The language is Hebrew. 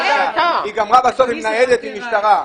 היא גמרה בסוף עם מנהל ועם משטרה.